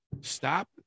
Stop